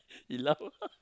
he laugh